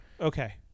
Okay